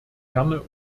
ferne